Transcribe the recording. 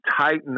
tighten